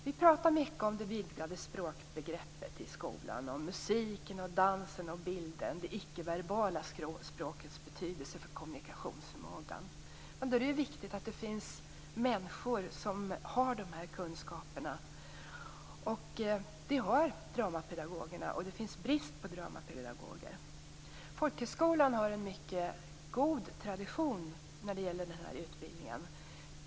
Man pratar mycket om det vidgade språkbegreppet i skolan. Man pratar om musiken, dansen och bilden och om det icke-verbala språkets betydelse för kommunikationsförmågan. Då är det viktigt att det finns människor som har de här kunskaperna. Det har dramapedagogerna, och det råder brist på dramapedagoger. Folkhögskolan har en mycket god tradition när det gäller denna utbildning.